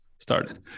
started